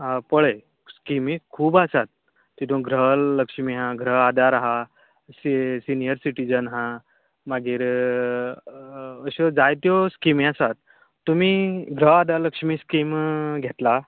आं पळय स्किमी खूब आसात तेतून ग्रह लक्ष्मी आसा ग्रह आधार आसा सिनियर सिटिजन आसा मागीर अश्यो जायत्यो स्किमी आसा तुमी ग्रह आधार लक्ष्मी स्कीम घेतला